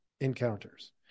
encounters